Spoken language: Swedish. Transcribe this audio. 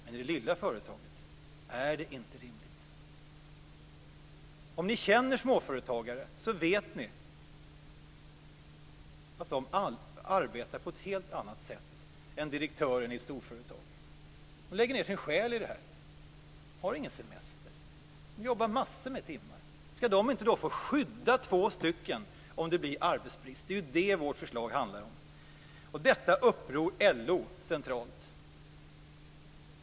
Men i det lilla företaget är det inte rimligt. Om ni känner småföretagare så vet ni att de arbetar på ett helt annat sätt än direktören i ett storföretag. De lägger ned sin själ i detta. De har ingen semester. De arbetar massor med timmar. Skall de då inte få skydda två personer om det blir arbetsbrist? Det är ju det som vårt förslag handlar om. Detta upprör LO centralt.